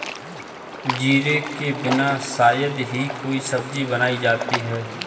जीरे के बिना शायद ही कोई सब्जी बनाई जाती है